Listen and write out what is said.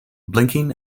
blinking